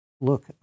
look